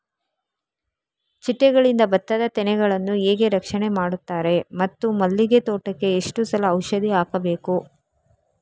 ಚಿಟ್ಟೆಗಳಿಂದ ಭತ್ತದ ತೆನೆಗಳನ್ನು ಹೇಗೆ ರಕ್ಷಣೆ ಮಾಡುತ್ತಾರೆ ಮತ್ತು ಮಲ್ಲಿಗೆ ತೋಟಕ್ಕೆ ಎಷ್ಟು ಸಲ ಔಷಧಿ ಹಾಕಬೇಕು?